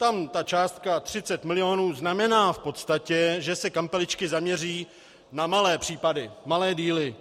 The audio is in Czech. Tam ta částka 30 milionů znamená v podstatě, že se kampeličky zaměří na malé případy, malé díly.